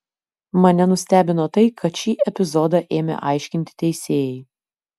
mane nustebino tai kad šį epizodą ėmė aiškinti teisėjai